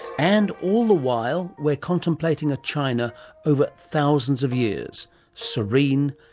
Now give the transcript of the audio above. and all the while, we're contemplating a china over thousands of years serene,